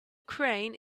crane